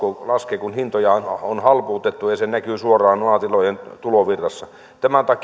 laskee kun hintoja on on halpuutettu ja se näkyy suoraan maatilojen tulovirrassa